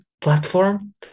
platform